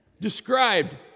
described